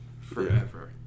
forever